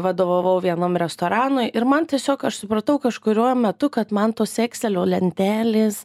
vadovavau vienam restoranui ir man tiesiog aš supratau kažkuriuo metu kad man tos ekselio lentelės